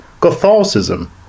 Catholicism